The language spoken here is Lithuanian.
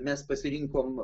mes pasirinkom